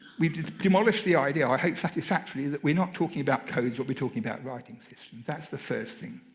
we've demolished the idea. i hope, satisfactorily, that we're not talking about codes. you'll be talking about writing systems. that's the first thing.